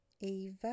Eva